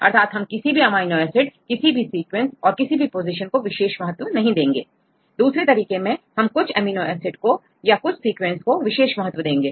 अर्थात हम किसी भी अमीनो एसिड किसी भी सीक्वेंस और किसी भी पोजीशन को विशेष महत्वनहीं देंगे और दूसरे तरीके में हम कुछ अमीनो एसिड को या कुछ सीक्वेंस को विशेष महत्व देंगे